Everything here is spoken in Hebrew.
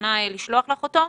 מוכנה לשלוח לך אותו.